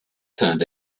turned